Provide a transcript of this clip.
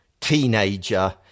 teenager